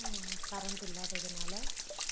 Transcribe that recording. current இல்லாததுனால்